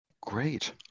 Great